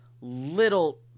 little